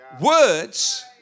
words